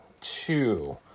two